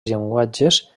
llenguatges